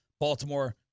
Baltimore